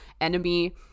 enemy